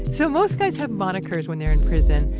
so most guys have monikers when they're in prison,